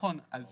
אני